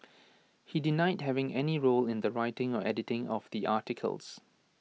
he denied having any role in the writing or editing of the articles